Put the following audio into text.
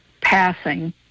passing